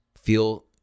feel